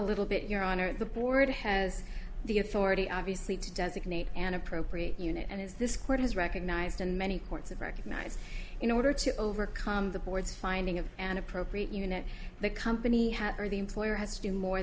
little bit your honor the board has the authority obviously to designate an appropriate unit and is this court has recognized in many courts of recognized in order to overcome the board's finding of an appropriate unit the company has or the employer has to do more